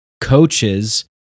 coaches